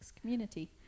community